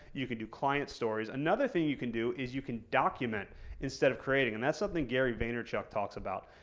you could do client stories. another thing you can do is you can document instead of creating, and that's something gary vaynerchuk talks about,